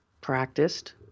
practiced